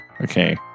Okay